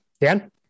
Dan